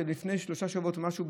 שלפני שלושה שבועות ומשהו,